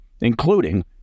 including